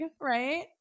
right